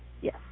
Yes